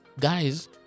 guys